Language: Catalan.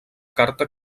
carta